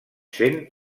sent